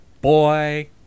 Boy